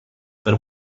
per